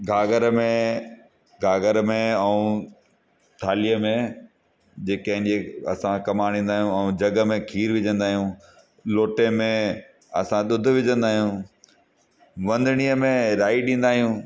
घाघर में घाघर में ऐं थालीअ में जेके आहिनि असां क़मु आणिंदा आहियूं ऐं जग में खीर विझंदा आहियूं लोटे में असां दुध विझंदा आहियूं वंदणीअ में राई ॾींदा आहियूं